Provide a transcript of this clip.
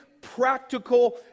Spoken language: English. practical